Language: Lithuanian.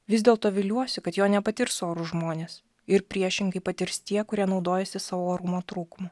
vis dėlto viliuosi kad jo nepatirs orūs žmonės ir priešingai patirs tie kurie naudojasi savo orumo trūkumu